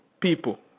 people